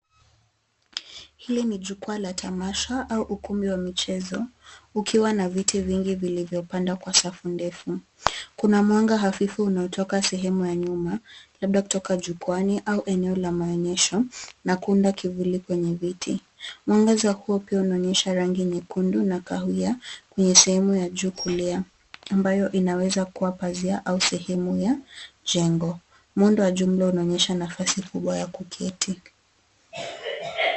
Hili ni jukwaa la tamasha au ukumbi wa michezo ukiwa na viti vingi vilivyopanda kwa safu ndefu. Kuna mwanga hafifu unaotoka sehemu ya nyuma labda kutoka jukwaani au eneo la maonyesho na kuunda kivuli kwenye viti. Mwangaza huo pia unaonyesha rangi nyekundu na kahawia kwenye sehemu ya juu kulia ambayo inaweza kuwa pazia au sehemu ya jengo. Muundo wa jumla unaonyesha nafasi kubwa ya kuketi.